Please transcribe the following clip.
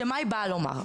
שמה היא באה לומר?